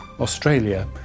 Australia